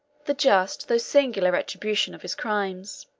the just though singular retribution of his crimes.